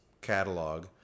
catalog